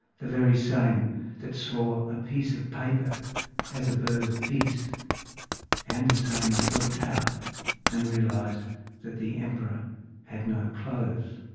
the very same that saw a piece of paper as a bird of peace and the same that looked out and realised that the emperor had no clothes.